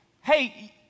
Hey